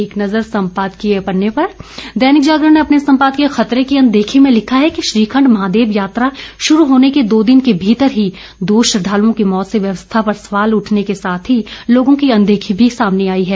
एक नज़र सम्पादकीय पन्ने पर दैनिक जागरण ने अपने संपादकीय खतरे की अनदेखी में लिखा है कि श्रीखंड महादेव यात्रा शुरू होने के दो दिन के भीतर ही दो श्रद्वालुओं की मौत से व्यवस्था पर सवाल उठने के साथ ही लोगों की अनदेखी भी सामने आई है